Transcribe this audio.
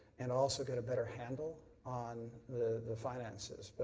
and also get a better handle on the the finances.